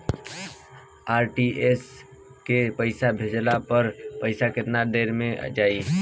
RTGS से पईसा भेजला पर पईसा केतना देर म जाई?